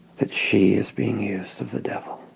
that she is being used of the devil.